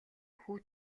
хүү